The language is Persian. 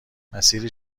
مسیری